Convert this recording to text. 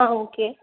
ஆ okay